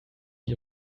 die